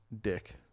dick